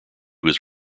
was